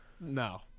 No